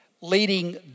leading